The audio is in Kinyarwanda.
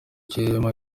kirimwo